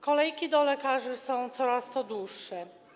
Kolejki do lekarzy są coraz dłuższe.